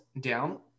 down